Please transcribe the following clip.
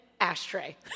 ashtray